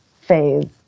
phase